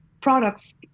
products